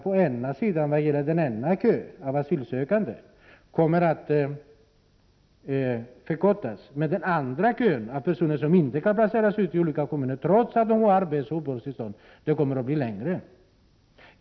Kön med asylsökande kommer alltså att förkortas, medan den andra kön, som består av personer som inte kan placeras ut i olika kommuner, trots att de har arbetsoch uppehållstillstånd, kommer att bli längre.